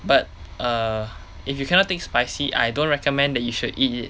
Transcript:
but err if you cannot take spicy I don't recommend that you should eat it